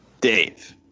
Dave